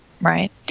right